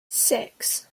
six